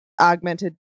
augmented